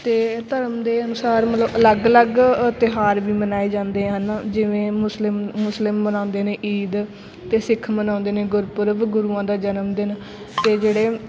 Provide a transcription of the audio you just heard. ਅਤੇ ਧਰਮ ਦੇ ਅਨੁਸਾਰ ਮਤਲਬ ਅਲੱਗ ਅਲੱਗ ਅ ਤਿਉਹਾਰ ਵੀ ਮਨਾਏ ਜਾਂਦੇ ਹਨ ਜਿਵੇਂ ਮੁਸਲਿਮ ਮੁਸਲਿਮ ਮਨਾਉਂਦੇ ਨੇ ਈਦ ਅਤੇ ਸਿੱਖ ਮਨਾਉਂਦੇ ਨੇ ਗੁਰਪੁਰਬ ਗੁਰੂਆਂ ਦਾ ਜਨਮ ਦਿਨ ਅਤੇ ਜਿਹੜੇ